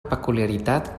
peculiaritat